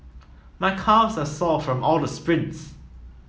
my calves are sore from all the sprints